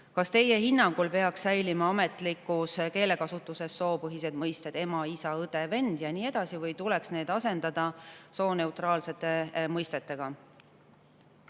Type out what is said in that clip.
Kas teie hinnangul peaks säilima ametlikus keelekasutuses soopõhised mõisted "ema", "isa", "õde", "vend" ja nii edasi või tuleks need asendada sooneutraalsete mõistetega?